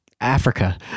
africa